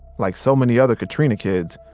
like so many other katrina kids,